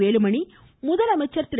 வேலுமணி முதலமைச்சர் திரு